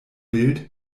bild